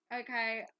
okay